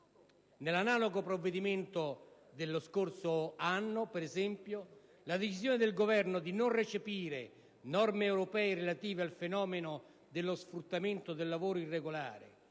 Nell'analogo provvedimento dello scorso anno, per esempio, la visione del Governo di non recepire norme europee relative al fenomeno dello sfruttamento del lavoro irregolare,